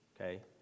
okay